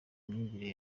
imyigire